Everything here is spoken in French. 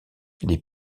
les